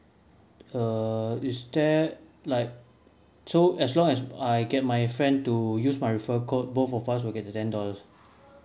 err is there like so as long as I get my friend to use my referral code both of us will get the ten dollars